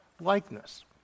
likeness